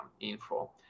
info